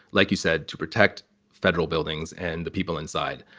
like you said, to protect federal buildings and the people inside.